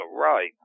right